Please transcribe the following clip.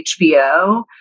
HBO